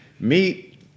Meet